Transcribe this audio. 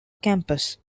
campus